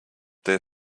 their